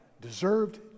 deserved